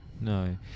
No